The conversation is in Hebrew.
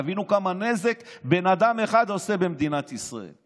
תבינו כמה נזק בן אדם אחד עושה במדינת ישראל,